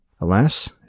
Alas